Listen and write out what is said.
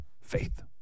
faith